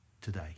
today